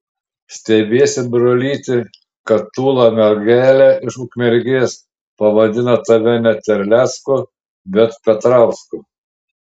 stebiesi brolyti kad tūla mergelė iš ukmergės pavadino tave ne terlecku bet petrausku